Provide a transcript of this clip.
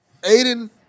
Aiden